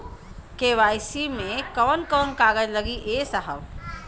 KYC मे कवन कवन कागज लगी ए साहब?